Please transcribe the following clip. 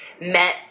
met